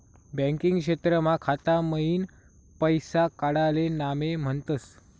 banking क्षेत्रमा खाता मईन पैसा काडाले नामे म्हनतस